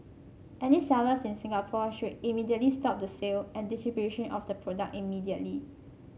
any sellers in Singapore should immediately stop the sale and distribution of the product immediately